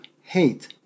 hate